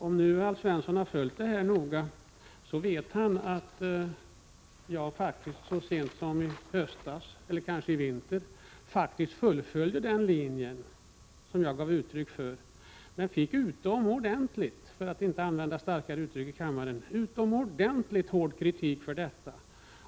Om nu Alf Svensson har följt den här frågan noga, så vet han att jag så sent som i höstas — eller kanske under vintern — faktiskt fullföljde den linje som jag gav uttryck för. Men jag fick utomordentligt — för att inte använda starkare uttryck i kammaren — hård kritik för detta.